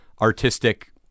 artistic